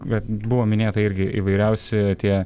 bet buvo minėta irgi įvairiausi tie